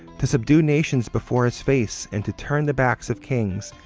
to subdue nations before his face, and to turn the backs of kings,